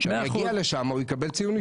כשנגיע לשם הוא יקבל ציון...